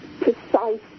precise